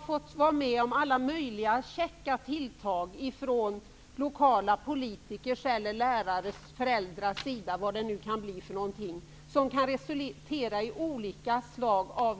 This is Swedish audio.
få vara med om alla möjliga käcka tilltag från lokala politikers, lärares eller föräldrars sida -- vad det nu kan bli för någonting -- som kan resultera i olika slag av skriftlig information och att de sedan i nian skall utsättas för ett betyg som är slutbetyg i årskurs 9 och som de då inte tidigare har mött.